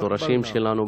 בשורשים שלנו,